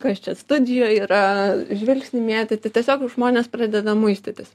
kas čia studijoj yra žvilgsnį mėtyti tiesiog žmonės pradeda muistytis